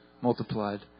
multiplied